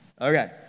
Okay